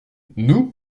nous